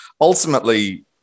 Ultimately